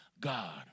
God